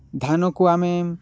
ଧାନକୁ ଆମେ